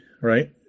right